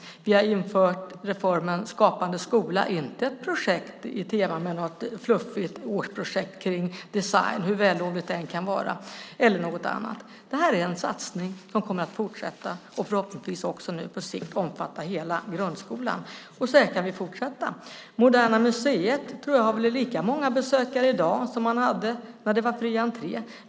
Vi har infört reformen Skapande skola, inte ett projekt i tema med något fluffigt årsprojekt kring design, hur vällovligt det än kan vara, eller något annat, utan det här är en satsning som kommer att fortsätta och förhoppningsvis också nu på sikt omfatta hela grundskolan. Sedan kan vi fortsätta. Moderna museet tror jag har lika många besökare i dag som man hade när det var fri entré.